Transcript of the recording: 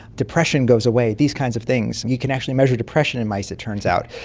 depression goes away, these kinds of things. you can actually measure depression in mice, it turns out.